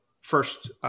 first